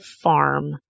Farm